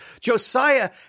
Josiah